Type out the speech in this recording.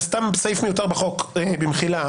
זה סתם סעיף מיותר בחוק, במחילה.